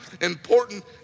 important